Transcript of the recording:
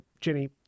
Jenny